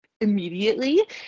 immediately